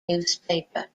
newspaper